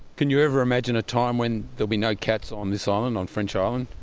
can you ever imagine a time when there'll be no cats on this island, on french island?